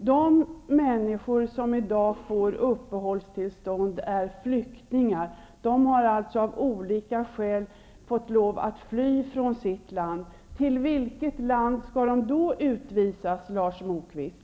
De människor som i dag får uppehållstillstånd är flyktingar. De har alltså av olika skäl fått lov att fly från sitt land. Till vilket land skall de då utvisas, Lars Moquist?